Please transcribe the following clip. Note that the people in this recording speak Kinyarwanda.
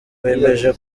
bemeje